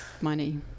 money